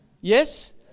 yes